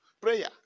prayer